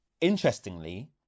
Interestingly